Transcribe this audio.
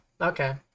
okay